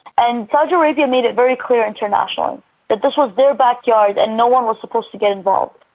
and saudi arabia made it very clear internationally that this was their backyard and no one was supposed to get involved.